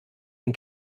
den